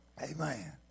Amen